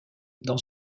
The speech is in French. dans